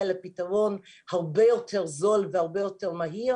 לפתרון הרבה יותר זול והרבה יותר מהיר,